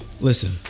Listen